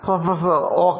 professor Ok